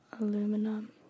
aluminum